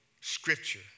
scripture